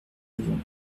levant